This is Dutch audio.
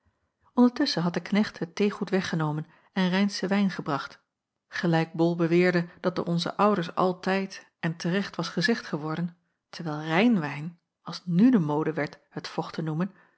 ondertusschen had de knecht het theegoed weggenomen en rijnschen wijn gebracht gelijk bol beweerde dat door onze ouders altijd en te recht was gezegd geworden terjacob van ennep laasje evenster wijl rijnwijn als nu de mode werd het vocht te noemen